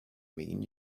mean